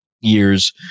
years